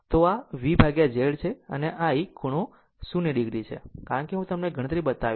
તો આ પણ V Z છે i ખૂણો 0 o છે કારણ કે હું તમને ગણતરી બતાવીશ